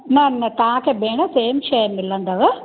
न न तव्हां खे भेंण सेम शइ मिलंदव